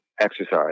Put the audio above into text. exercise